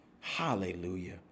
Hallelujah